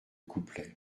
couplets